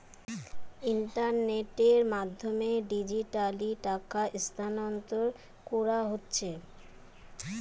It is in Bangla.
ইন্টারনেটের মাধ্যমে ডিজিটালি টাকা স্থানান্তর কোরা হচ্ছে